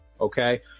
okay